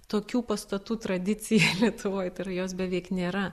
tokių pastatų tradicija lietuvoj tai yra jos beveik nėra